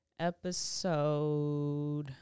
episode